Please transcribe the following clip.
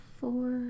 four